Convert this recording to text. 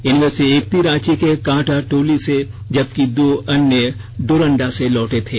इनमें से एक व्यक्ति रांची के कांटा टोली से जबकि दो अन्य डोरंडा से लौटे थे